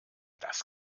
das